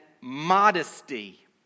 modesty